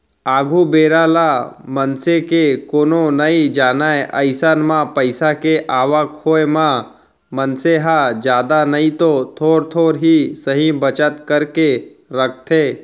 आघु बेरा ल मनसे के कोनो नइ जानय अइसन म पइसा के आवक होय म मनसे ह जादा नइतो थोर थोर ही सही बचत करके रखथे